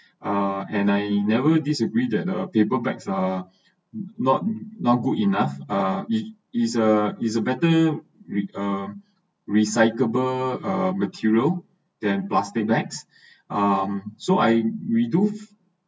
ah and I he never disagreed that the paper bags are not not good enough ah it is a is a better or recyclable material and plastic bags um so I'm widowed